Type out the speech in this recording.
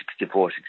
64